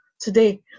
today